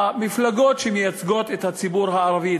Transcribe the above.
המפלגות שמייצגות את הציבור הערבי,